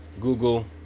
Google